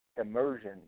immersion